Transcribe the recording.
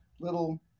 little